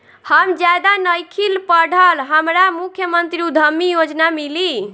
हम ज्यादा नइखिल पढ़ल हमरा मुख्यमंत्री उद्यमी योजना मिली?